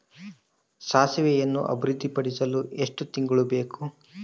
ಸಾಸಿವೆಯನ್ನು ಅಭಿವೃದ್ಧಿಪಡಿಸಲು ಎಷ್ಟು ತಿಂಗಳು ಬೇಕು?